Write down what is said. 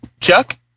Chuck